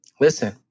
Listen